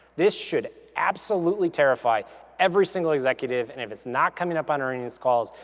this should absolutely terrify every single executive and if it's not coming up on earnings calls,